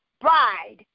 bride